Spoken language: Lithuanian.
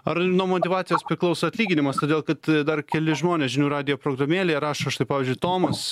ar nuo motyvacijos priklauso atlyginimas todėl kad dar keli žmonės žinių radijo programėlėje rašo štai pavyzdžiui tomas